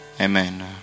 Amen